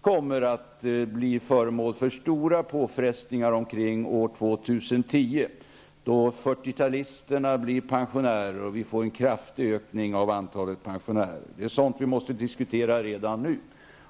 kommer att bli utsatt för stora påfrestningar omkring år 2010. Då blir fyrtiotalisterna pensionärer, och det blir en kraftig ökning av antalet pensionärer. Det är ett problem som vi redan nu måste diskutera.